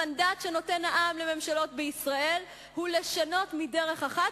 המנדט שנותן העם לממשלות בישראל הוא לשנות מדרך אחת,